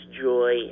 joy